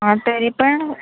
आं तरी पण